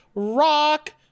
Rock